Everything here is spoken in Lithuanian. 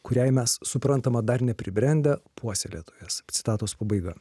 kuriai mes suprantama dar nepribrendę puoselėtojas citatos pabaiga